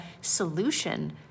solution